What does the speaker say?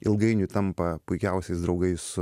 ilgainiui tampa puikiausiais draugais su